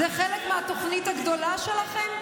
זה חלק מהתוכנית הגדולה שלכם?